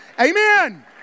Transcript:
Amen